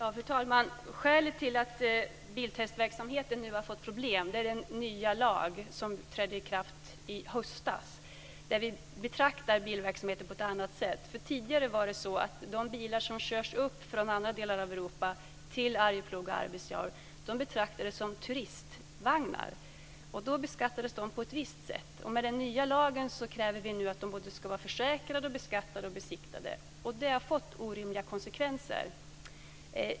Fru talman! Skälet till att biltestverksamheten har fått problem är den nya lag som trädde i kraft i höstas. Där betraktas bilverksamheten på ett annat sätt. Tidigare betraktades de bilar från andra delar av Europa som kördes upp till Arjeplog och Arvidsjaur som turistvagnar. Då beskattades de på ett visst sätt. Med den nya lagen krävs det nu att bilarna är både försäkrade, beskattade och besiktigade. Det har fått orimliga konsekvenser.